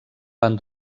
van